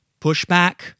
pushback